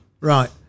Right